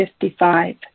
55